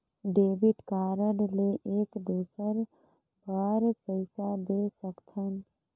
Debit card ले एक दुसर बार पइसा दे सकथन?